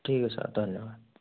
ठीक है सर धन्यवाद